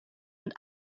und